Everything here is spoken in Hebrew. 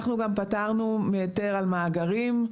אנחנו גם פטרנו מהיתר על מאגרים,